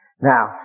Now